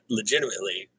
legitimately